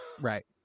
right